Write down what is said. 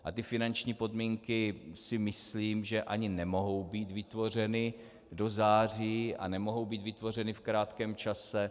A finanční podmínky, si myslím, že ani nemohou být vytvořeny do září a nemohou být vytvořeny v krátkém čase.